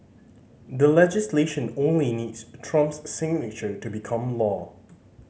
the legislation only needs Trump's signature to become law